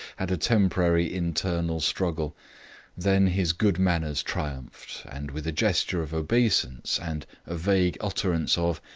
had a temporary internal struggle then his good manners triumphed, and with a gesture of obeisance and a vague utterance of,